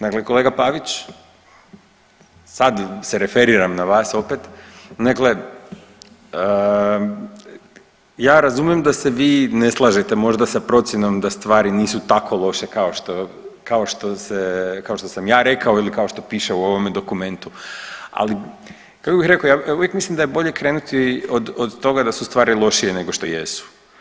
Dakle, kolega Pavić sad se referiram na vas opet, dakle ja razumijem da se vi ne slažete možda sa procjenom da stvari nisu tako loše kao što, kao što se, kao što sam ja rekao ili kao što piše u ovome dokumentu, ali kako bih rekao ja uvijek mislim da je bolje krenuti od, od toga da su stvari lošije nego što jesu.